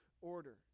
order